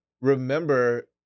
remember